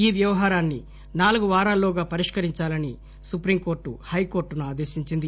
ఈ వ్యవహారాన్ని నాలుగు వారాల్లో గా పరిష్కరించాలని సుప్రీంకోర్టు హైకోర్టును ఆదేశించింది